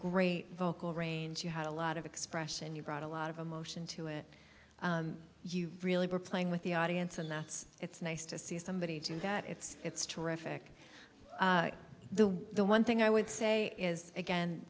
great vocal range you had a lot of expression and you brought a lot of emotion to it you really were playing with the audience and that's it's nice to see somebody to that it's it's terrific the way the one thing i would say is again